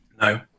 No